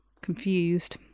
Confused